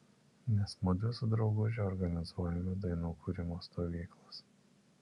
nes mudvi su drauguže organizuojame dainų kūrimo stovyklas